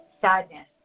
sadness